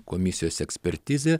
komisijos ekspertizė